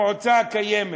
המועצה הקיימת,